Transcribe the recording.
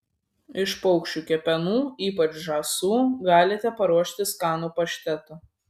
iš paukščių kepenų ypač žąsų galite paruošti skanų paštetą